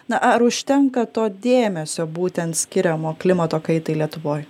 na ar užtenka to dėmesio būtent skiriamo klimato kaitai lietuvoj